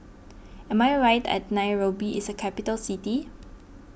am I right at Nairobi is a capital city